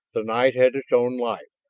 the night had its own life,